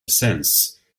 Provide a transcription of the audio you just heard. sense